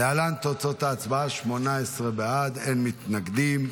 להלן תוצאות ההצבעה: 18 בעד, אין מתנגדים.